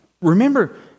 Remember